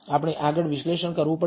આપણે આગળ વિશ્લેષણ કરવું પડશે